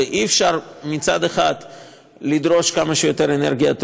ואי-אפשר מצד אחד לדרוש כמה שיותר אנרגיית רוח,